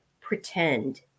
pretend